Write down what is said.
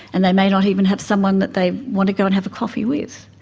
and they may not even have someone that they want to go and have a coffee with.